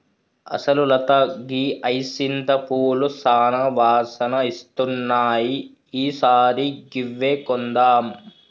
అసలు లత గీ హైసింత పూలు సానా వాసన ఇస్తున్నాయి ఈ సారి గివ్వే కొందాం